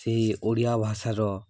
ସେହି ଓଡ଼ିଆ ଭାଷାର